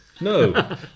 No